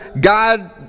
God